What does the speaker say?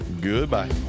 goodbye